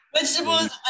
vegetables